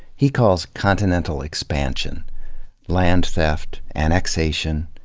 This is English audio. he calls continental expansion land theft, annexation,